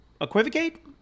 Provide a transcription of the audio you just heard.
equivocate